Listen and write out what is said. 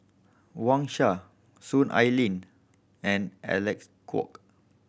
Wang Sha Soon Ai Ling and Alec Kuok